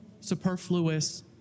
superfluous